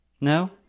No